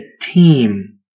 team